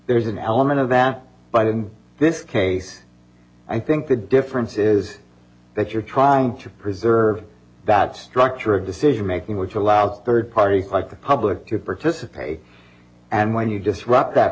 there's an element of but in this case i think the difference is that you're trying to preserve that structure of decision making which allows third party like the public to participate and when you disrupt that